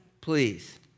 please